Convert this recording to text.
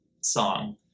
song